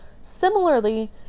Similarly